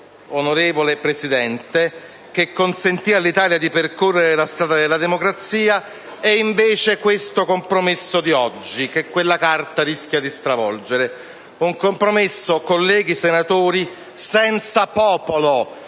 compromesso di popolo che consentì all'Italia di percorrere la strada della democrazia, e questo compromesso di oggi, che invece quella Carta rischia di stravolgere. Un compromesso, colleghi senatori, senza popolo,